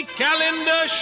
calendar